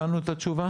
הבנו את התשובה?